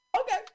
Okay